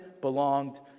belonged